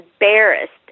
embarrassed